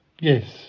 Yes